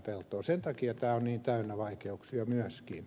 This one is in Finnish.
sen takia tämä on niin täynnä vaikeuksia myöskin